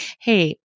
hey